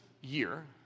year